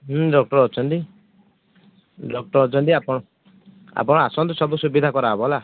ହୁଁ ଡକ୍ଚର ଅଛନ୍ତି ଡକ୍ଚର ଅଛନ୍ତି ଆପଣ ଆପଣ ଆସନ୍ତୁ ସବୁ ସୁବିଧା କରାହେବ ହେଲା